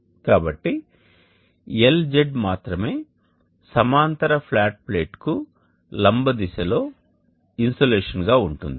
కాబట్టి Lz మాత్రమే సమాంతర ఫ్లాట్ ప్లేట్కు లంబ దిశలో ఇన్సొలేషన్ గా ఉంటుంది